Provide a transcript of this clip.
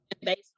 Based